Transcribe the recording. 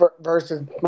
Versus